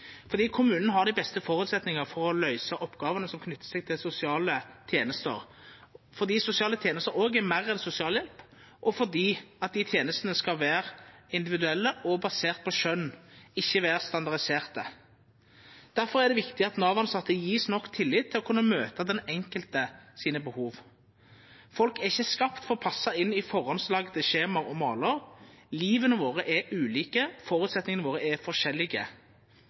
Kommunen har dei beste føresetnadene for å løysa oppgåvene som knyter seg til sosiale tenester. Det er fordi sosiale tenester er meir enn sosialhjelp, og fordi tenestene skal vera individuelle og baserte på skjøn, ikkje vera standardiserte. Difor er det viktig at Nav får nok tillit til å kunna møta den enkelte sine behov. Folk er ikkje skapte for å passa inn i førehandslaga skjema og malar. Liva våre er ulike, og føresetnadene våre er forskjellige.